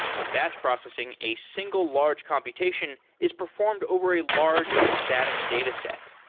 in batch processing, a single large computation is performed over a large static dataset.